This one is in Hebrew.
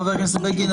חה"כ בגין,